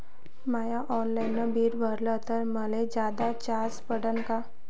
म्या online bill भरलं तर मले जादा चार्ज पडन का?